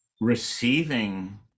receiving